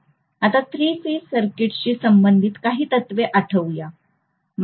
आता three phase सर्किटशी संबंधित काही तत्त्वे आठवू या